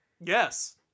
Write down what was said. Yes